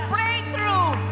Breakthrough